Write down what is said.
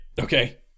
Okay